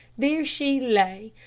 there she lay,